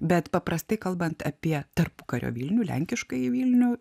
bet paprastai kalbant apie tarpukario vilnių lenkiškąjį vilnių